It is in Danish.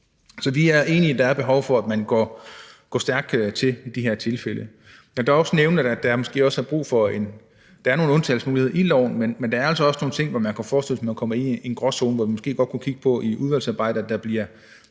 Så vi er enige i, at der er behov for, at man går hårdt til de her tilfælde. Jeg kan også nævne, at der er nogle undtagelsesmuligheder i lovforslaget, men der er altså også nogle steder, hvor man kan forestille sig, at man kommer i en gråzone, og vi kunne i udvalgsarbejdet måske